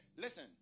listen